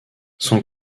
son